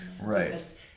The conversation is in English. Right